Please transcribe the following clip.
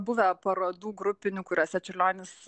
buvę parodų grupinių kuriose čiurlionis